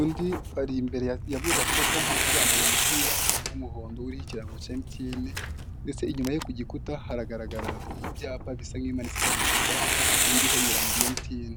undi ari imbere ya mudasobwa ndetse yambaye umupira w'umuhondo uriho ikirango cya MTN ndetse inyuma ye ku gikuta haragaragara ibyapa bisa nkibimanitse ku gikuta biriho ibirango bya MTN.